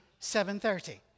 7.30